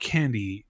Candy